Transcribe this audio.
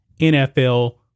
NFL